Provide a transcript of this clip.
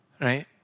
Right